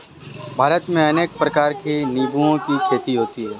भारत में अनेक प्रकार के निंबुओं की खेती होती है